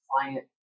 client